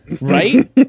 right